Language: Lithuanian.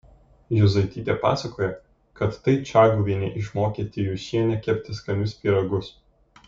juzaitytė pasakojo kad tai čaguvienė išmokė tijūšienę kepti skanius pyragus